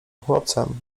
chłopcem